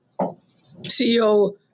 CEO